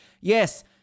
Yes